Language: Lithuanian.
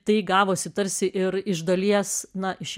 tai gavosi tarsi ir iš dalies na iš